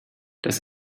das